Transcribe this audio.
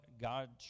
God